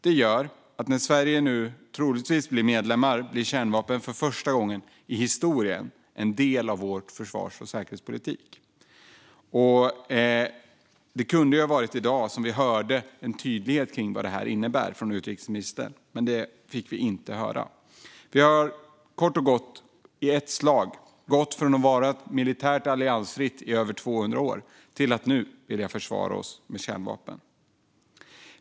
Det gör att när Sverige nu troligtvis blir medlem blir kärnvapen för första gången i historien en del av vår försvars och säkerhetspolitik. Det kunde ha varit i dag vi skulle ha fått höra en tydlighet kring vad detta innebär från utrikesministern. Men det fick vi inte. Vi har kort och gott i ett slag gått från att vara militärt alliansfria i över 200 år till att nu vilja försvara oss med kärnvapen.